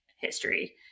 history